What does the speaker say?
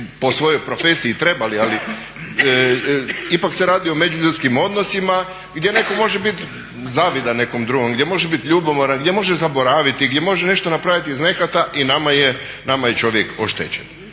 po svojoj profesiji trebali ali ipak se radi o međuljudskim odnosima gdje netko može biti zavidan nekom drugom, gdje može biti ljubomoran, gdje može zaboraviti, gdje može nešto napraviti iz nehata i nama je čovjek oštećen.